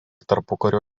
tarpukario